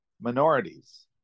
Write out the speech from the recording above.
minorities